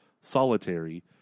solitary